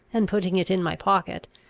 and, putting it in my pocket,